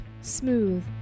Smooth